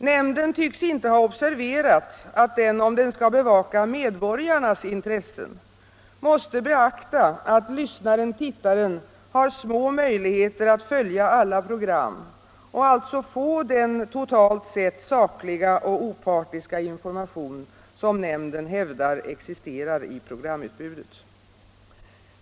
Nämnden tycks inte ha observerat att den, om den skall bevaka medborgarnas intressen, måste beakta att lyssnaren-tittaren har små möjligheter att följa alla program och alltså få den totalt sett sakliga och opartiska information som nämnden hävdar existerar i programutbudet.